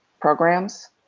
programs